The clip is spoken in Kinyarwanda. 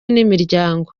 n’imiryango